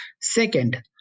Second